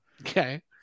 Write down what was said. Okay